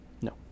no